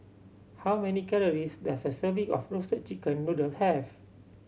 how many calories does a serving of Roasted Chicken Noodle have